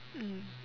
mm